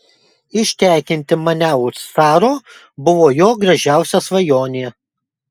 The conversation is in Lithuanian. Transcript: ištekinti mane už caro buvo jo gražiausia svajonė